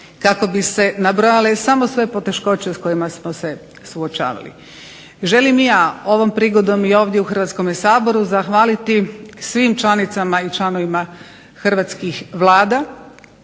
kako bi se nabrojale samo sve poteškoće s kojima smo se suočavali. Želim i ja ovom prigodom i ovdje u Hrvatskome saboru zahvaliti svim članicama i članovima hrvatskih Vlada,